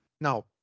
now